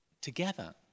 together